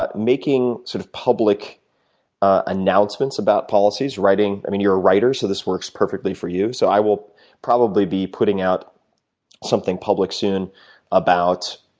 but making sort of public announcements about policies, writing i mean, you're a writer so this works perfectly for you, so i will probably be putting out something public soon about,